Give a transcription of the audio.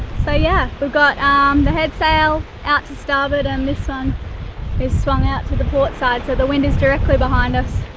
so yeah, we've got um the head sail out to starboard and this one this is swung out to the port side so the wind is directly behind us,